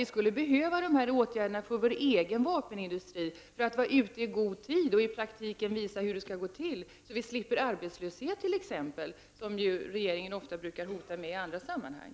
Vi skulle behöva dessa åtgärder för vår egen vapenindustri för att vara ute i god tid och visa hur det skall gå till i praktiken, så att vi t.ex. slipper arbetslöshet, något som ju regeringen brukar hota med i andra sammanhang.